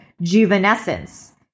juvenescence